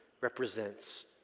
represents